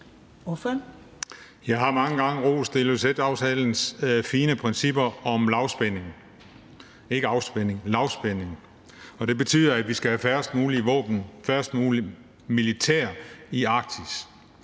Jeg har mange gange rost Ilulissaterklæringens fine principper om lavspænding – ikke afspænding, men lavspænding – og det betyder, at vi skal have færrest mulige våben, mindst muligt militær i Arktis.